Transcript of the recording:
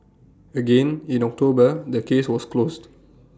again in October the case was closed